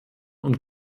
und